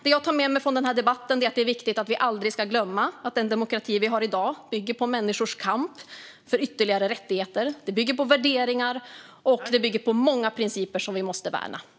Det jag tar med mig från den här debatten är att det är viktigt att vi aldrig glömmer att den demokrati vi har i dag bygger på människors kamp för ytterligare rättigheter. Den bygger på värderingar och på många principer som vi måste värna varje dag.